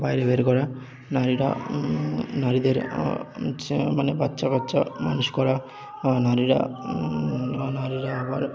বাইরে বের করা নারীরা নারীদের মানে বাচ্চা কাচ্চা মানুষ করা নারীরা নারীরা আবার